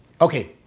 okay